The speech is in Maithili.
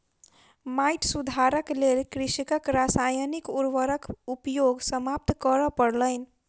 माइट सुधारक लेल कृषकक रासायनिक उर्वरक उपयोग समाप्त करअ पड़लैन